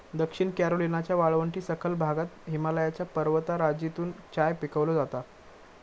दक्षिण कॅरोलिनाच्या वाळवंटी सखल भागात हिमालयाच्या पर्वतराजीतून चाय पिकवलो जाता